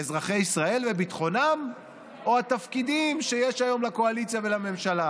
אזרחי ישראל וביטחונם או התפקידים שיש היום לקואליציה ולממשלה?